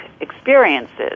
experiences